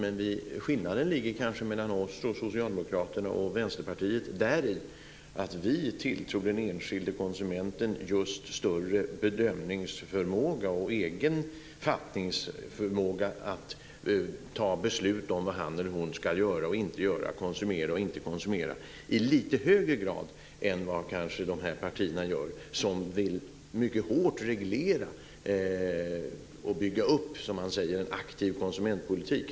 Men skillnaden mellan oss och socialdemokraterna och Vänsterpartiet kanske ligger däri att vi tilltror den enskilde konsumenten just större bedömningsförmåga och egen förmåga att fatta beslut om vad han eller hon ska göra och inte göra, konsumera och inte konsumera än vad de här partierna gör som mycket hårt vill reglera och bygga upp, som man säger, en aktiv konsumentpolitik.